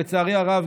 לצערי הרב,